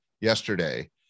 yesterday